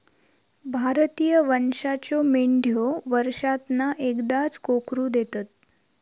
भारतीय वंशाच्यो मेंढयो वर्षांतना एकदाच कोकरू देतत